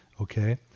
Okay